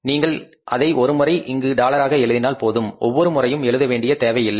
நீங்கள் அதை ஒருமுறை இங்கு டாலராக எழுதினால் போதும் ஒவ்வொரு முறையும் எழுத வேண்டிய தேவை இல்லை